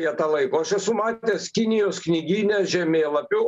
jie tą laiko aš esu matęs kinijos knygyne žemėlapių